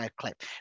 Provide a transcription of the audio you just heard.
clip